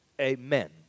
Amen